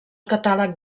catàleg